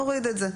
נוריד את זה.